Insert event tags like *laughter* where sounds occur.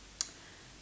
*noise*